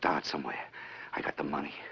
start somewhere i got the money